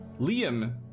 Liam